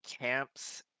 camps